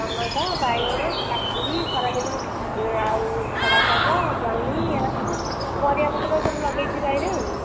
tomato ବାଇଗଣ କାକୁଡ଼ି ଖରାଦିନ ଆଉ ଖଡ଼ା ଶାଗ ଜହ୍ନି ଏରା ସବୁ ପରିବାପତ୍ର ସବୁ ଲଗେଇଛି ବାରିରେ ଆଉ